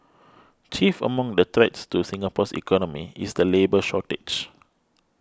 chief among the threats to Singapore's economy is the labour shortage